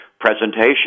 presentation